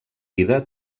vida